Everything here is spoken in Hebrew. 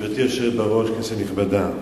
גברתי היושבת בראש, כנסת נכבדה,